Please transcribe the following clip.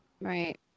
Right